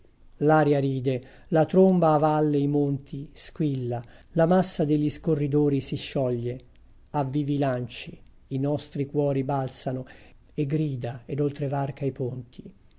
l'aria ride la tromba a valle i monti squilla la massa degli scorridori si scioglie ha vivi lanci i nostri cuori balzano e grida ed oltrevarca i ponti